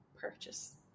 purchase